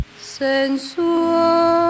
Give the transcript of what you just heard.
Sensual